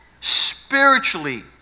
spiritually